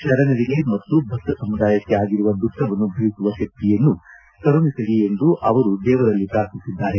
ಶರಣರಿಗೆ ಮತ್ತು ಭಕ್ತ ಸಮುದಾಯಕ್ಕೆ ಆಗಿರುವ ದುಃಖವನ್ನು ಭರಿಸುವ ಶಕ್ತಿಯನ್ನು ಕರುಣಿಸಲಿ ಎಂದು ಅವರು ಪಾರ್ಥಿಸಿದ್ದಾರೆ